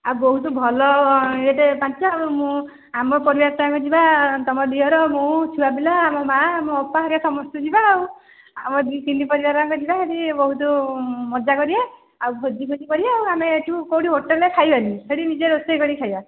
ଆଉ ବହୁତ ଭଲ ରେଟ୍ ଜାଣିଛ ଆଉ ମୁଁ ଆମ ପରିବାରଟା ଆମେ ଯିବା ମୁଁ ତମ ଦିଅର ମୋ ଛୁଆ ପିଲା ଆମ ମାଆ ମୋ ଅପା ହେରିକା ସମସ୍ତେ ଯିବା ଆଉ ଆମ ଦୁଇ ତିନି ପରିବାର ଯାକ ଯିବା ସେଇଠି ବହୁତ ମଜା କରିବା ଆଉ ଭୋଜି ଫୋଜି କରିବା ଆଉ ଆମେ ଏଇଠୁ କେଉଁଠି ହୋଟେଲ୍ରେ ଖାଇବାନି ସେଇଠି ନିଜେ ରୋଷେଇ କରିିକି ଖାଇବା